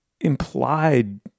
implied